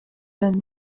than